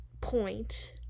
point